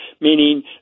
meaning